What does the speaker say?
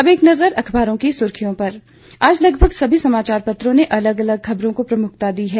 अब एक नजर अखबारों की सुर्खियों पर आज लगभग सभी समाचारपत्रों ने अलग अलग खबरों को प्रमुखता दी है